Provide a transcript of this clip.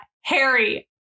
Harry